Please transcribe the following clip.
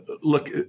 look